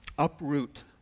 uproot